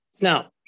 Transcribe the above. Now